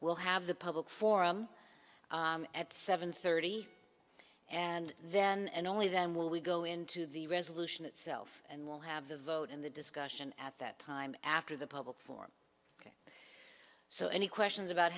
we'll have the public forum at seven thirty and then and only then will we go into the resolution itself and we'll have the vote in the discussion at that time after the public forum so any questions about